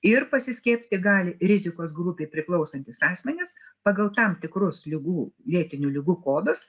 ir pasiskiepyti gali rizikos grupei priklausantys asmenys pagal tam tikrus ligų lėtinių ligų kodus